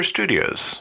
Studios